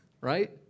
right